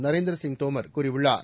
நரேந்திர சிங் தோமர் கூறியுள்ளார்